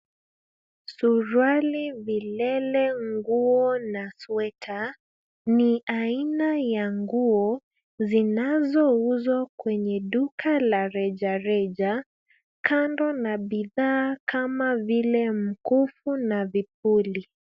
Suruali, vilele, nguo na sweta ni aina ya nguo zinazouzwa kwenye duka la rejareja. Kando na bidhaa kama vile mkufu na vipuli.